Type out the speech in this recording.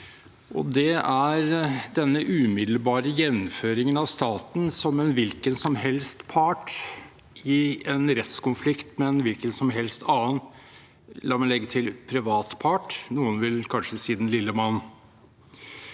gjelder denne umiddelbare jevnføringen av staten som en hvilken som helst part i en rettskonflikt med en hvilken som helst annen – la meg legge til – privat part. Noen vil kanskje si den lille mann.